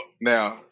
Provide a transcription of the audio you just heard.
now